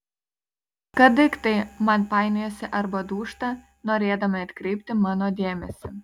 kad daiktai man painiojasi arba dūžta norėdami atkreipti mano dėmesį